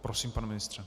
Prosím, pane ministře.